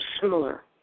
similar